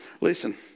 listen